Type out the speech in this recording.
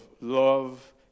love